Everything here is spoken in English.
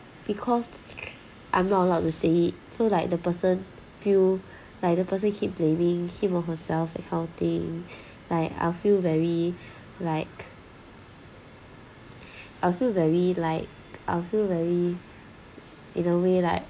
because I'm not allowed to say it so like the person feel like the person keep blaming him or herself that kind of thing but I'll feel very like I feel very like I feel very in a way like